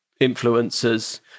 influencers